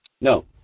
No